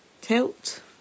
tilt